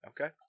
Okay